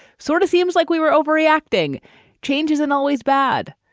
sort of seems like we were overreacting changes and always bad,